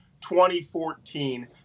2014